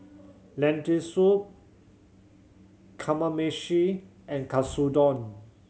Lentil Soup Kamameshi and Katsudon